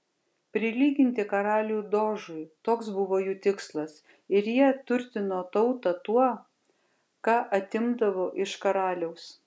prilyginti karalių dožui toks buvo jų tikslas ir jie turtino tautą tuo ką atimdavo iš karaliaus